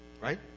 Right